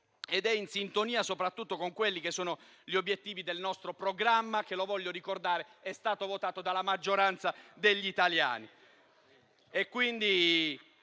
2023, in sintonia soprattutto con gli obiettivi del nostro programma, che - lo voglio ricordare - è stato votato dalla maggioranza degli italiani.